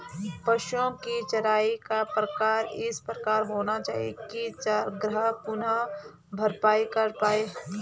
पशुओ की चराई का प्रकार इस प्रकार होना चाहिए की चरागाह पुनः भरपाई कर पाए